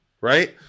right